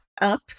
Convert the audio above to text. up